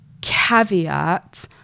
caveat